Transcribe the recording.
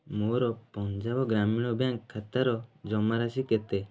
ମୋର ପଞ୍ଜାବ ଗ୍ରାମୀଣ ବ୍ୟାଙ୍କ ଖାତାର ଜମାରାଶି କେତେ